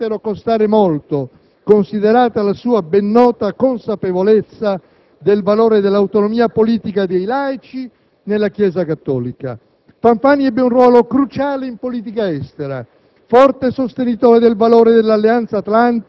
che quella battaglia e quella sconfitta gli dovettero costare molto, considerata la sua ben nota consapevolezza del valore dell'autonomia politica dei laici nella Chiesa cattolica. Fanfani ebbe un ruolo cruciale in politica estera.